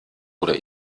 oder